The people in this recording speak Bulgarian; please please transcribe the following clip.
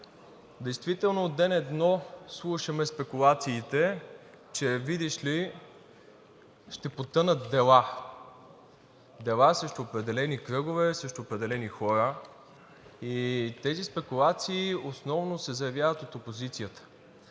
Действително от ден едно слушаме – спекулациите, че видиш ли, ще потънат дела – дела срещу определени кръгове, срещу определени хора, и тези спекулации основно се заявяват от опозицията.